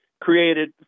created